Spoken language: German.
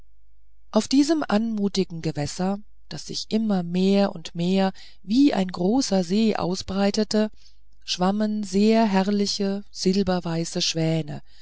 auf diesem anmutigen gewässer das sich immer mehr und mehr wie ein großer see ausbreitete schwammen sehr herrliche silberweiße schwäne